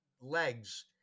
legs